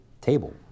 table